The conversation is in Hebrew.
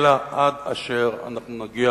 אלא עד אשר אנחנו נגיע